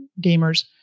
gamers